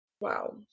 wow